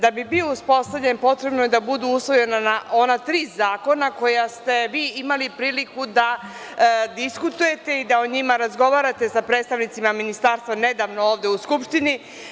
Da bi bio uspostavljen, potrebno je da budu usvojena ona tri zakona koja ste vi imali priliku da diskutujete i da o njima razgovarate sa predstavnicima Ministarstva nedavno ovde u Skupštini.